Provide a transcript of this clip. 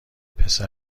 پسر